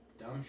dumb